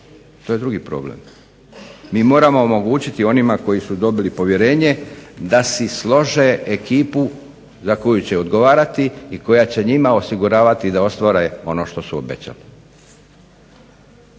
To je drugi problem. Mi moramo omogućiti onima koji su dobili povjerenje da si slože ekipu za koju će odgovarati i koja će njima osiguravati da ostvare ono što su obećali.